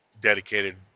dedicated